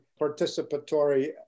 participatory